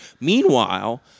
Meanwhile –